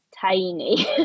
tiny